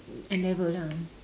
N-level ah